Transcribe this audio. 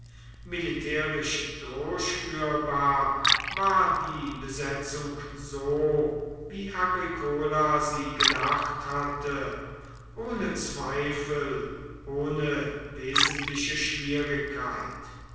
militärisch durchführbar war die besetzung so wie agricola sie gedacht hatte ohne zweifel ohne wesentliche schwierigkeit